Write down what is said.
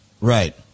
Right